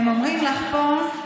הם אומרים לך פה,